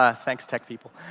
ah thanks tech people.